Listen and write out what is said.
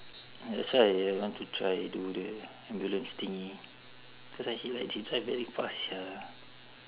that's why I I want to try do the ambulance thingy cause I see like chin cai very fast sia